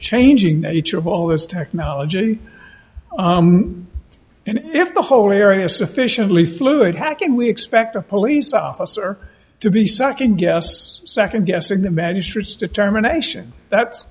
changing nature of all this technology and if the whole area sufficiently fluid hacking we expect a police officer to be second guessed second guessing the magistrate's determination that